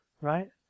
Right